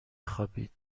خوابید